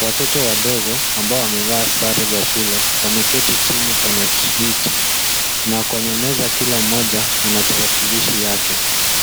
Watoto wadogo ambao wamevaa sare za shule wameketi chini kwenye viti. Na kwenye meza kila mtu ana tarakilishi yake.